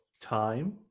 time